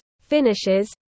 finishes